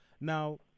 Now